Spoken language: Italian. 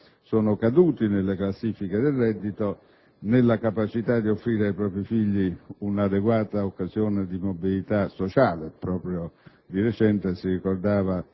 sono caduti nelle classifiche del reddito e nella capacità di offrire ai propri figli un'adeguata occasione di mobilità sociale. Proprio di recente si ricordava